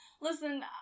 Listen